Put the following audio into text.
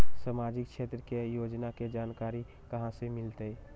सामाजिक क्षेत्र के योजना के जानकारी कहाँ से मिलतै?